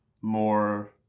more